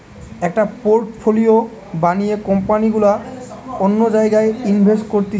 একটা পোর্টফোলিও বানিয়ে কোম্পানি গুলা অন্য জায়গায় ইনভেস্ট করতিছে